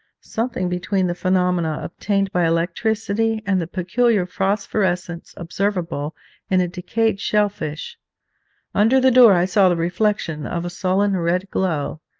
something between the phenomena obtained by electricity and the peculiar phosphorescence observable in a decayed shell-fish under the door i saw the reflection of a sullen red glow,